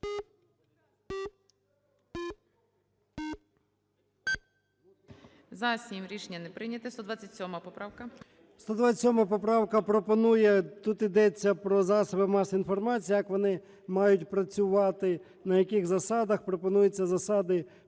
За-7 Рішення не прийнято. 127 поправка.